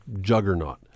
juggernaut